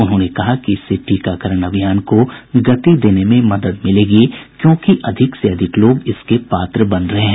उन्होंने कहा कि इससे टीकाकरण अभियान को गति देने में मदद मिलेगी क्योंकि अधिक से अधिक लोग इसके पात्र बन रहे हैं